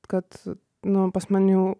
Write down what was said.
kad nu pas man jau